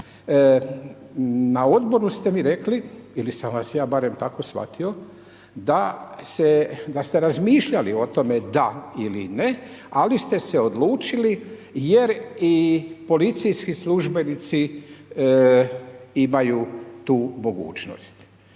Na odboru ste mi rekli ili sam vas ja barem tako shvatio, da ste razmišljali o tome da ili ne ali ste se odlučili jer i policijski službenici imaju tu mogućnost.